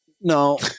No